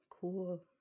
Cool